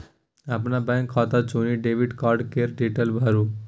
अपन बैंक खाता चुनि डेबिट कार्ड केर डिटेल भरु